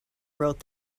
wrote